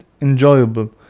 enjoyable